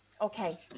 Okay